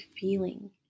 feeling